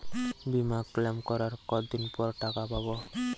বিমা ক্লেম করার কতদিন পর টাকা পাব?